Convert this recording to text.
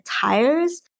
tires